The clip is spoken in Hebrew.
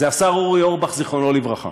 זה השר אורי אורבך, זיכרונו לברכה.